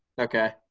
okay.